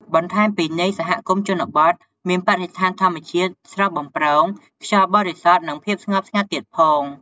បន្ថែមពីនេះសហគមន៍ជនបទមានបរិស្ថានធម្មជាតិស្រស់បំព្រង ខ្យល់បរិសុទ្ធ និងភាពស្ងប់ស្ងាត់ទៀតផង។